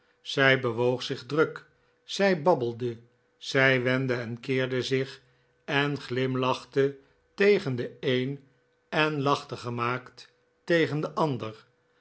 zij bewoog zich druk zij babbelde zij wendde en keerde zich en glimlachte tegen den een en lachte gemaakt tegen den ander